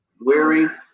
weary